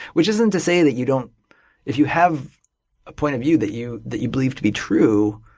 which isn't to say that you don't if you have a point of view that you that you believe to be true,